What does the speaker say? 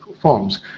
forms